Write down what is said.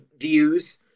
views